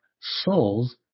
soul's